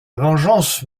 vengeance